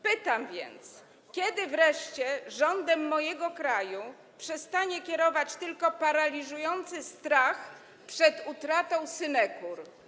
Pytam więc: Kiedy wreszcie rządem mojego kraju przestanie kierować tylko paraliżujący strach przed utratą synekur?